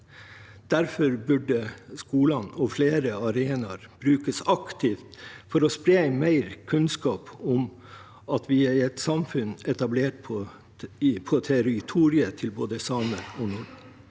Derfor burde skolene og flere arenaer brukes aktivt for å spre mer kunnskap om at vi er et samfunn etablert på territoriet til både samer og nordmenn.